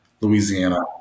Louisiana